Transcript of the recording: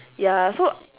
ya so